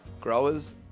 growers